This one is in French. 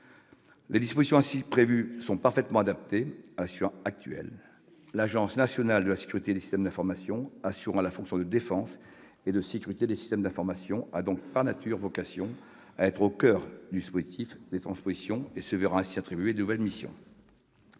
Les dispositions ainsi prévues sont parfaitement adaptées à la situation actuelle. L'Agence nationale de la sécurité des systèmes d'information, qui assure la défense et la sécurité des systèmes d'information, a donc par nature vocation à être au coeur du dispositif de transposition. Elle se verra ainsi attribuer de nouvelles missions.